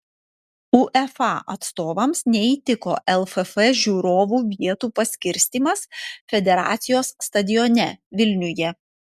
uefa atstovams neįtiko lff žiūrovų vietų paskirstymas federacijos stadione vilniuje